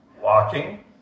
walking